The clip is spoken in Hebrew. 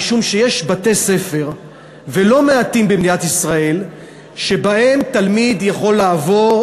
משום שיש בתי-ספר לא מעטים במדינת ישראל שבהם תלמיד יכול לעבור,